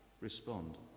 respond